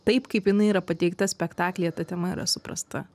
taip kaip jinai yra pateikta spektaklyje ta tema yra suprasta